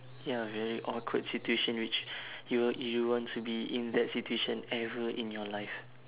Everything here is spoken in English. ya very awkward situation which you will you don't want to be in that situation ever in your life